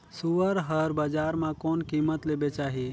सुअर हर बजार मां कोन कीमत ले बेचाही?